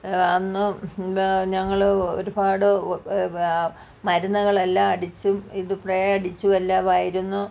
അന്നും ഞങ്ങൾ ഒരുപാട് മരുന്നുകളെല്ലാം അടിച്ചും ഇത് സ്പ്രെ അടിച്ചു എല്ലാമായിരുന്നു